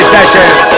Sessions